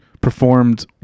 performed